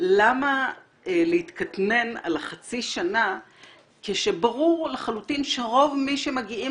למה להתקטנן על החצי שנה כשברור לחלוטין שרוב מי שמגיעים